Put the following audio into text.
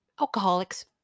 alcoholics